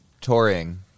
touring